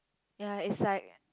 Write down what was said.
ya is like